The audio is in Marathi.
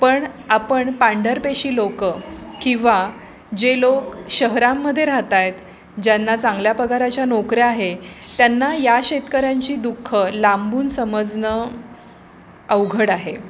पण आपण पांढरपेशी लोकं किंवा जे लोक शहरांमधे राहत आहेत ज्यांना चांगल्या पगाराच्या नोकऱ्या आहे त्यांना या शेतकऱ्यांची दुःखं लांबून समजणं अवघड आहे